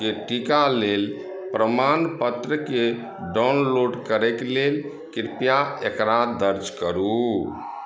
के टीका लेल प्रमाण पत्रके डाउनलोड करयके लेल कृपया एकरा दर्ज करु